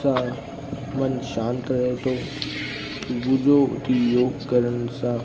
सां मनु शांत रहे थो सुबुह जो उथी योगु करण सां